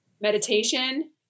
meditation